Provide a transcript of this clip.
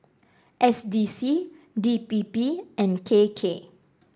S D C D P P and K K